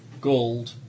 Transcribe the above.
gold